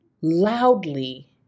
loudly